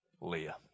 Leah